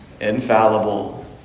infallible